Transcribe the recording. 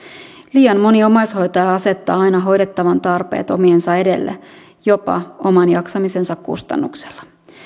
liian moni omaishoitaja asettaa aina hoidettavan tarpeet omiensa edelle jopa oman jaksamisensa kustannuksella